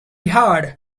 had